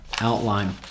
outline